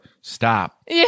stop